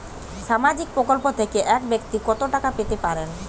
সামাজিক প্রকল্প থেকে এক ব্যাক্তি কত টাকা পেতে পারেন?